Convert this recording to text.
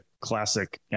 classic